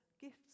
gifts